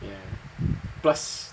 plus